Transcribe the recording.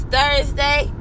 Thursday